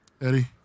Eddie